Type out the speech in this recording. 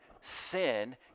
sin